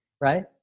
right